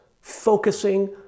focusing